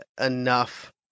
enough